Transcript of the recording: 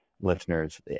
listeners